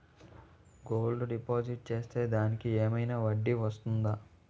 Gold deposit చేస్తే దానికి ఏమైనా వడ్డీ వస్తుందా?